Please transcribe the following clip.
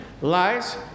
lies